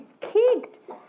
kicked